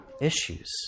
issues